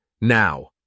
now